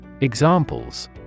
Examples